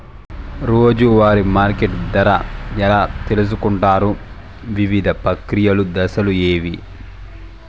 రోజూ వారి మార్కెట్ ధర ఎలా తెలుసుకొంటారు వివిధ ప్రక్రియలు దశలు ఏవి?